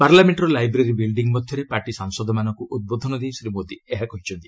ପାର୍ଲାମେଣ୍ଟର library building ମଧ୍ୟରେ party ସାଂସଦମାନଙ୍କୁ ଉଦ୍ବୋଧନ ଦେଇ ଶ୍ରୀ ମୋଦୀ ଏହା କହିଛନ୍ତି